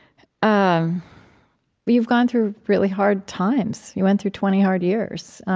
um but you've gone through really hard times. you went through twenty hard years.